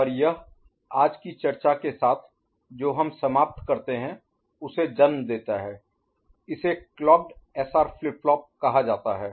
और यह आज की चर्चा के साथ जो हम समाप्त करते हैं उसे जन्म देता है इसे क्लॉकेड एसआर फ्लिप फ्लॉप कहा जाता है